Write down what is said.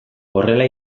horrela